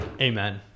Amen